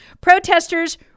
Protesters